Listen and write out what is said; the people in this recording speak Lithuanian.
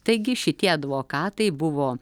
taigi šitie advokatai buvo